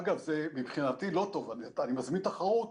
אגב, מבחינתי, זה לא טוב, אני מזמין תחרות.